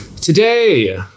today